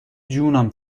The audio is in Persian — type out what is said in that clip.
جونم